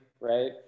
right